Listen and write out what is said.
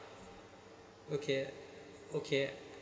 okay okay